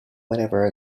wherever